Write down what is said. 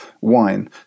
wine